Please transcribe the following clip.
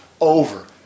over